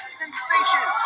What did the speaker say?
sensation